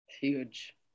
Huge